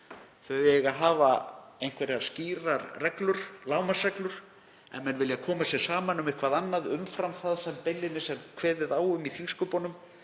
Þau eiga að hafa einhverjar skýrar lágmarksreglur. Ef menn vilja koma sér saman um eitthvað annað, umfram það sem beinlínis er kveðið á um í þingsköpunum,